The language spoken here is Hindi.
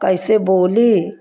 कैसे बोली